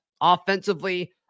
offensively